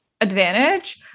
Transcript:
advantage